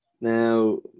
now